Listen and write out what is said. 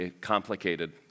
complicated